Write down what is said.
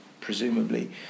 presumably